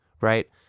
right